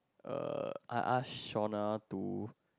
uh I ask Shona to